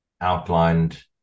outlined